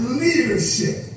leadership